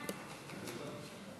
לתיקון פקודת התעבורה